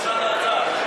במשרד האוצר.